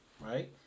Right